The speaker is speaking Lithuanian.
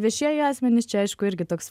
viešieji asmenys čia aišku irgi toks